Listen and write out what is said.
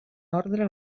ordre